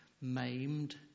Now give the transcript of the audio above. maimed